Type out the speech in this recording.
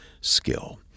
skill